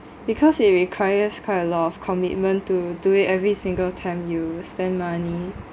because it requires quite a lot of commitment to do it every single time you spent money